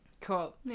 Cool